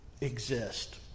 exist